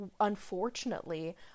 unfortunately